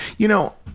you know,